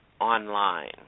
online